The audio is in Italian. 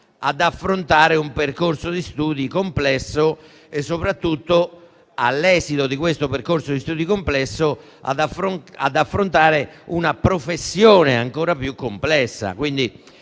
ad affrontare un percorso di studi complesso e soprattutto, all'esito di questo percorso di studi complesso, ad affrontare una professione ancora più complessa.